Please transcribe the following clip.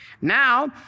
Now